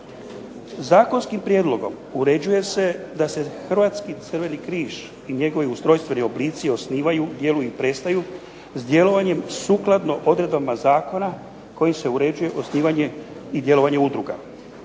Zakonskim prijedlogom uređuje se da se Hrvatski crveni križ i njegovi ustrojstveni oblici osnivaju, djeluju i prestaju s djelovanjem sukladno odredbama zakona kojim se uređuje osnivanje i djelovanje udruga.